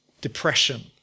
depression